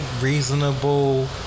reasonable